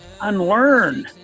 Unlearn